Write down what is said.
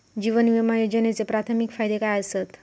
जीवन विमा योजनेचे प्राथमिक फायदे काय आसत?